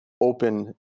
open